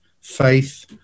faith